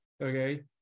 okay